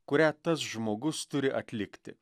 kurią tas žmogus turi atlikti